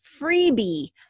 freebie